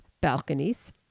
balconies